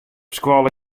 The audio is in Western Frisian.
skoalle